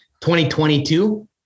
2022